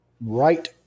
right